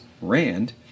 Rand